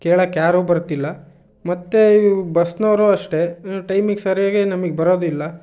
ಕೇಳಕ್ಕೆ ಯಾರೂ ಬರ್ತಿಲ್ಲ ಮತ್ತು ಇವು ಬಸ್ನವರೂ ಅಷ್ಟೇ ಏನು ಟೈಮಿಗೆ ಸರಿಯಾಗಿ ನಮಗೆ ಬರೋದಿಲ್ಲ